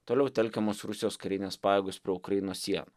toliau telkiamos rusijos karinės pajėgos prie ukrainos sienų